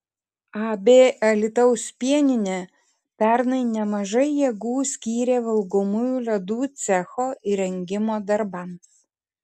ab alytaus pieninė pernai nemažai jėgų skyrė valgomųjų ledų cecho įrengimo darbams